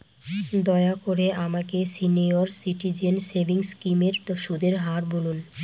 দয়া করে আমাকে সিনিয়র সিটিজেন সেভিংস স্কিমের সুদের হার বলুন